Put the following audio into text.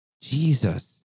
Jesus